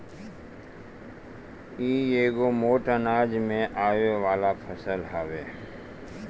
इ एगो मोट अनाज में आवे वाला फसल हवे